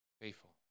faithful